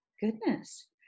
Goodness